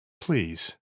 Please